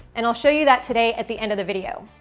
and i'll show you that today at the end of the video.